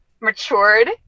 matured